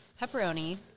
Pepperoni